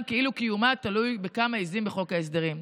כאילו קיומה תלוי בכמה עיזים בחוק ההסדרים.